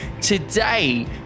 today